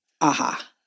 Aha